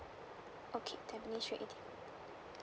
okay tampines street eighty